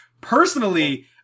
personally